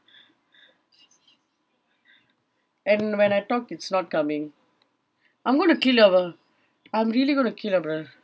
and when I talk it's not coming I'm going to kill your bro~ I'm really going to kill your brother